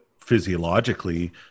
physiologically